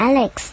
Alex